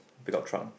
pickup truck